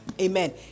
amen